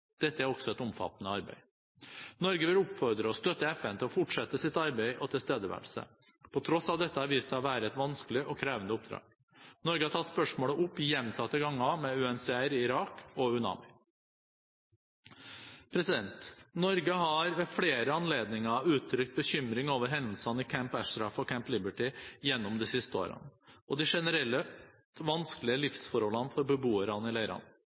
Dette er også et omfattende arbeid. Norge vil støtte FN og oppfordre dem til å fortsette sitt arbeid og sin tilstedeværelse, på tross av at dette har vist seg å være et vanskelig og krevende oppdrag. Norge har tatt spørsmålet opp gjentatte ganger med UNHCR i Irak og UNAMI. Norge har ved flere anledninger uttrykt bekymring over hendelsene i Camp Ashraf og Camp Liberty gjennom de siste årene, og de generelt vanskelige livsforholdene for beboerne i